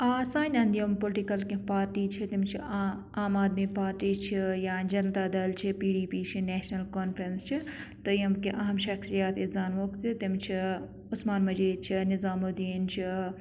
آ سانہِ اَندٕ یِم پُلٹِکَل کینٛہہ پارٹی چھِ تِم چھِ عام آدمی پارٹی چھِ یا جَنتا دَل چھِ پی ڈی پی چھِ نیشنَل کانفرنس چھِ تہٕ یِمکہِ اہم شخصیت أسۍ زانوکھ تہٕ تِم چھِ عسمان مجیٖد چھِ نِظام الدین چھِ